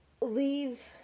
leave